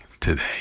today